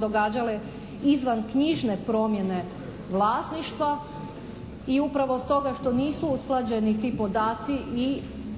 događale izvanknjižne promjene vlasništva. I upravo stoga što nisu usklađeni ti podaci u tijeku